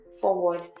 forward